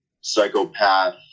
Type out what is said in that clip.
psychopath